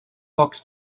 box